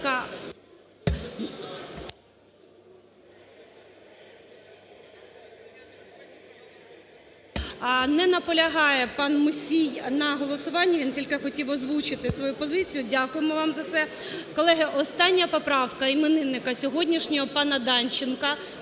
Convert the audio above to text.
Не наполягає пан Мусій на голосуванні, він тільки хотів озвучити свою позицію. Дякуємо вам за це.